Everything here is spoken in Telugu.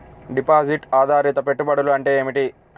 డిపాజిట్ ఆధారిత పెట్టుబడులు అంటే ఏమిటి?